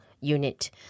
unit